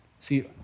See